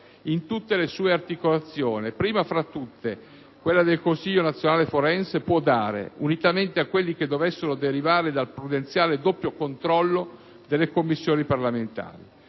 in tutte le sue articolazioni (prima fra tutte, il Consiglio nazionale forense) può dare, unitamente a quelli che dovessero derivare dal prudenziale, doppio controllo delle Commissioni parlamentari.